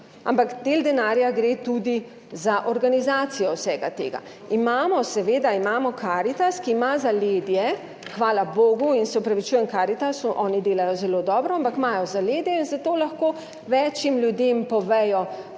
ampak del denarja gre tudi za organizacijo vsega tega. Imamo, seveda, imamo Karitas, ki ima zaledje, hvala bogu in se opravičujem Karitasu, oni delajo zelo dobro, ampak imajo zaledje in zato lahko večim ljudem povejo,